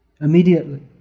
immediately